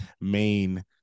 main